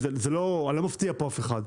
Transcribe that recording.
אני לא מפתיע כאן אף אחד,